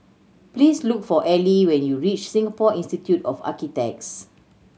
please look for Ally when you reach Singapore Institute of Architects